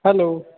hello